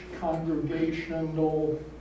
congregational